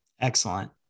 Excellent